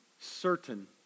Certain